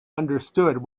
understood